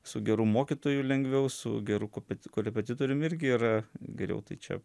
su geru mokytoju lengviau su geru kope korepetitorium irgi yra geriau tai čia